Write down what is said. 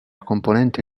componente